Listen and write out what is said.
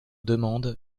demande